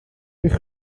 eich